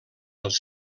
els